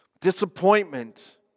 disappointment